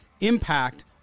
impact